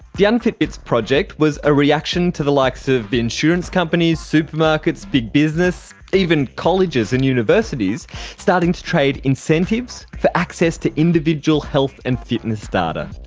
the unfitbits project was a reaction to the likes of insurance companies, supermarkets, big business, even colleges and universities starting to trade incentives for access to individual health and fitness data.